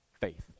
faith